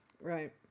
Right